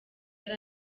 yari